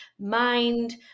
mind